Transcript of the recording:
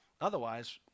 Otherwise